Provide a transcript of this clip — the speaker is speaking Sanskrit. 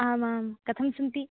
आम् आम् कथं सन्ति